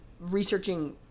researching